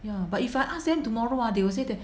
ya but if I ask them tomorrow ah they will say that